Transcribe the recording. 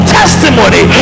testimony